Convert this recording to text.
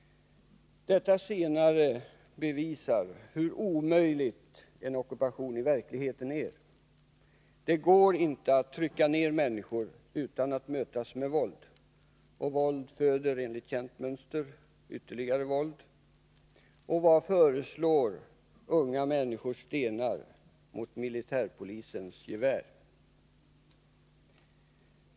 Detta senare visar hur omöjlig en ockupation i verkligheten är. Det går inte att trycka ned människor utan att mötas med våld, och våld föder enligt känt mönster ytterligare våld. Och vad förslår unga människors stenar mot militärpolisens gevär?